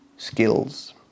skills